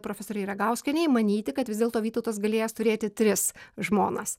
profesorei ragauskienei manyti kad vis dėlto vytautas galėjęs turėti tris žmonas